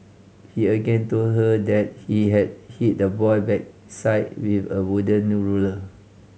he again told her that he had hit the boy backside with a wooden ruler